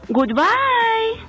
Goodbye